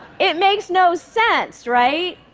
it makes no sense, right?